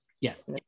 yes